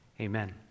Amen